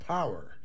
Power